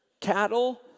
cattle